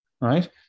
right